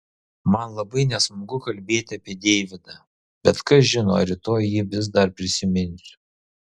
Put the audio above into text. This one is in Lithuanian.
man labai nesmagu kalbėti apie deividą bet kas žino ar rytoj jį vis dar prisiminsiu